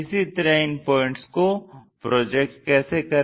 इसी तरह इन पॉइंट्स को प्रोजेक्ट कैसे करें